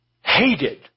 hated